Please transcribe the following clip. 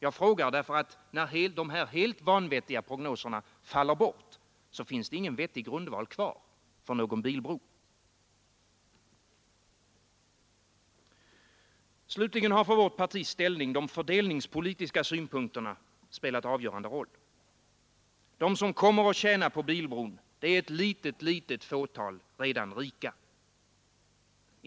Jag frågar, därför att när de här helt vanvettiga prognoserna faller bort, så finns det ingen vettig grundval kvar för någon bilbro. Slutligen har för vårt partis ställning de fördelningspolitiska synpunkterna spelat avgörande roll. De som kommer att tjäna på bilbron är ett litet, litet fåtal redan rika.